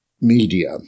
media